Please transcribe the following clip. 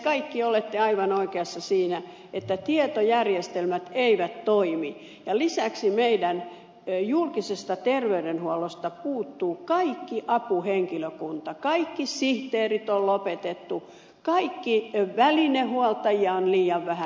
kaikki olette aivan oikeassa siinä että tietojärjestelmät eivät toimi ja lisäksi meidän julkisesta terveydenhuollostamme puuttuu kaikki apuhenkilökunta kaikki sihteerien toimeton lopetettu välinehuoltajia on liian vähän